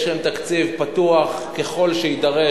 יש היום תקציב פתוח, ככל שיידרש.